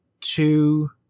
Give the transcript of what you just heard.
two